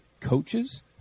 coaches